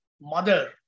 mother